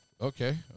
Okay